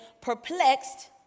perplexed